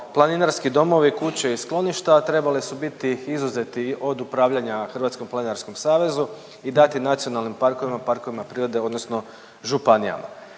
planinarski domovi, kuće i skloništa trebali su biti izuzeti od upravljanja Hrvatskom planinarskom savezu i dati nacionalnim parkovima, parkovima prirode odnosno županijama.